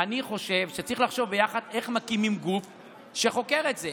אני חושב שצריך לחשוב ביחד איך מקימים גוף שחוקר את זה.